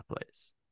place